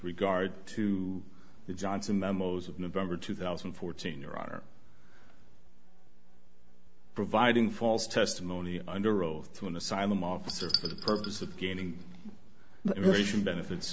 regard to the johnson memos of november two thousand and fourteen or are providing false testimony under oath to an asylum officer for the purpose of gaining relation benefits